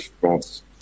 France